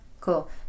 Cool